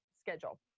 schedule